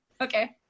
Okay